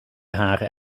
haren